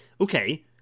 Okay